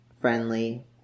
friendly